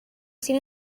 seen